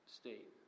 state